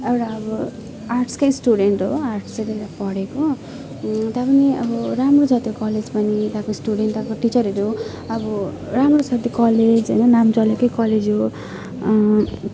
एउटा अब आर्ट्सकै स्टुडेन्ट हो हायर सेकेन्डेरीमा पढेको तापनि अब राम्रो छ त्यो कलेज पनि त्यहाँको स्टुडेन्ट त्यहाँको टिचरहरू अब राम्रो छ त्यो कलेज होइन नाम चलेकै कलेज हो